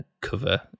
cover